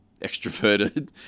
extroverted